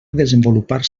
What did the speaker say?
desenvolupar